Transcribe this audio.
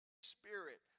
Spirit